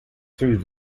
through